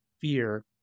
fear